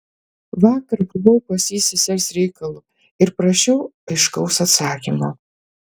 vakar buvau pas jį sesers reikalu ir prašiau aiškaus atsakymo